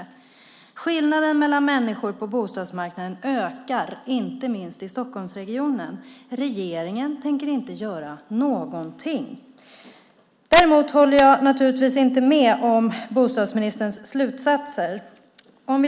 Skillnaden mellan människor på bostadsmarknaden ökar, inte minst i Stockholmsregionen. Regeringen tänker inte göra någonting. Jag håller naturligtvis inte med om bostadsministerns slutsatser.